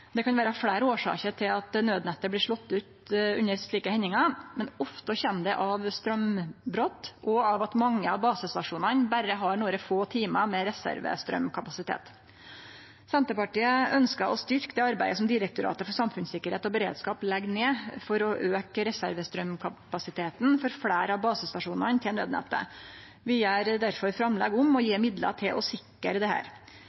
Det kan vere fleire årsaker til at naudnettet blir slått ut under slike hendingar, men ofte kjem det av straumbrot og av at mange av basestasjonane berre har nokre få timar med reservestraumkapasitet. Senterpartiet ønskjer å styrkje det arbeidet som Direktoratet for samfunnstryggleik og beredskap legg ned for å auke reservestraumkapasiteten for fleire av basestasjonane til naudnettet. Vi gjer derfor framlegg om å